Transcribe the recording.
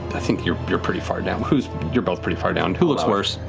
i think you're you're pretty far down. who's, you're both pretty far down. who looks worse?